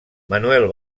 manuel